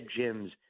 gyms